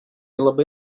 labai